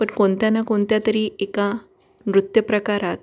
but कोणत्या ना कोणत्या तरी एका नृत्य प्रकारात